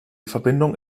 verbindung